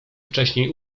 wcześniej